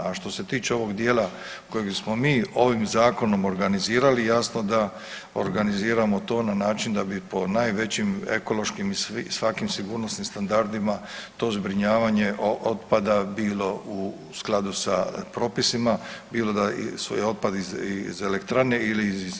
A što se tiče ovog dijela kojeg smo mi ovim zakonom organizirali jasno da organiziramo to na način da bi po najvećim ekološkim i svakim sigurnosnim standardima to zbrinjavanje otpada bilo u skladu sa propisima, bilo da je otpad iz elektrane ili iz institucije u RH.